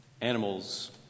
Animals